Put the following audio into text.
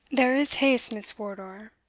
there is haste, miss wardour,